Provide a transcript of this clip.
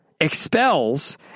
expels